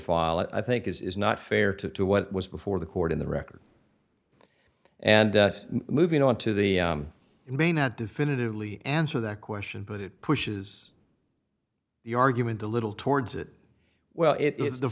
file it i think is not fair to what was before the court in the record and moving on to the it may not definitively answer that question but it pushes the argument a little towards it well it is the